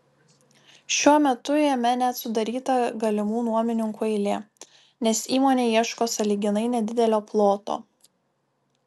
šiuo metu jame net sudaryta galimų nuomininkų eilė nes įmonė ieško sąlyginai nedidelio ploto